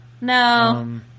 no